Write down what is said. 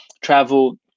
travel